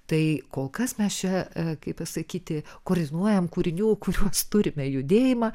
tai kol kas mes čia kaip pasakyti kordinuojam kūrinių kuriuos turime judėjimą